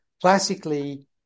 classically